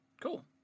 cool